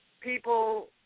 people –